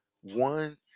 one